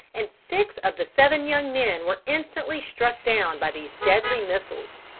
and six of the seven young men were instantly struck down by these deadly missiles.